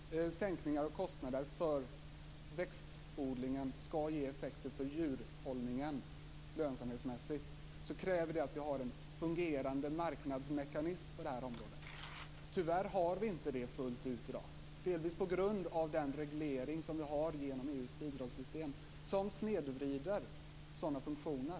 Fru talman! Om sänkning av kostnader för växtodlingen skall ge effekter för djurhållningen lönsamhetsmässigt kräver det att vi har en fungerande marknadsmekanism på det här området. Tyvärr har vi inte det fullt ut i dag delvis på grund av den reglering som vi har genom EU:s bidragssystem som snedvrider sådana funktioner.